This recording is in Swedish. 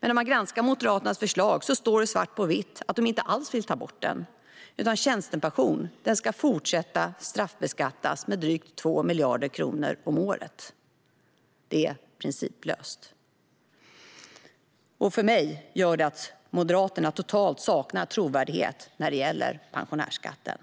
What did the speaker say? Men om man granskar Moderaternas förslag står det svart på vitt att de inte alls vill ta bort pensionärsskatten. Tjänstepension ska fortsätta att straffbeskattas med drygt 2 miljarder kronor om året. Det är principlöst. För mig saknar Moderaterna totalt trovärdighet när det gäller pensionärsskatten.